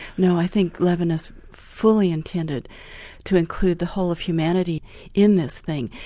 no, i think levinas fully intended to include the whole of humanity in this thing,